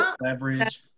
leverage